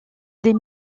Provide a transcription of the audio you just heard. des